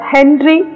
Henry